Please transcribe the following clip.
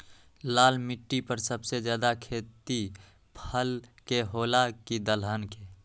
लाल मिट्टी पर सबसे ज्यादा खेती फल के होला की दलहन के?